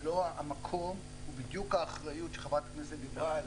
המקום הוא בדיוק האחריות שחברת הכנסת דיברה עליה.